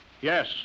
Yes